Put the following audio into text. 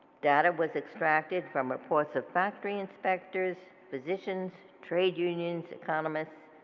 data was extracted from reports of factory inspectors, physicians trade unions, economists,